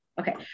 Okay